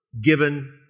given